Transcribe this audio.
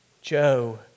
Joe